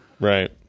Right